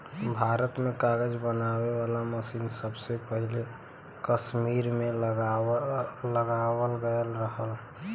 भारत में कागज बनावे वाला मसीन सबसे पहिले कसमीर में लगावल गयल रहल